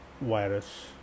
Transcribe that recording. virus